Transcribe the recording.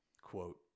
quote